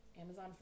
Amazon